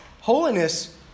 Holiness